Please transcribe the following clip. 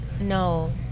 no